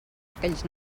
aquells